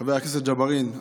חבר הכנסת ג'בארין,